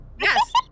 Yes